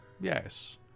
Yes